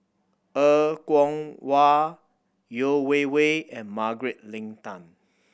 Er Kwong Wah Yeo Wei Wei and Margaret Leng Tan